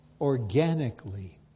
organically